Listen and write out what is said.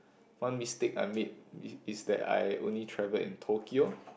one mistake I made is is that I only travel in Tokyo